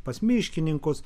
pas miškininkus